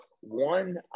One